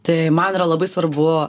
tai man yra labai svarbu